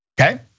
okay